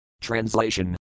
Translation